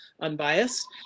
unbiased